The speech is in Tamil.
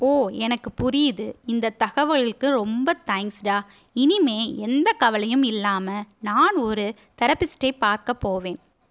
ஓ எனக்கு புரியுது இந்த தகவல்களுக்கு ரொம்ப தேங்க்ஸ்டா இனிமேல் எந்த கவலையும் இல்லாமல் நான் ஒரு தெரப்பிஸ்டை பார்க்க போவேன்